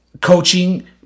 coaching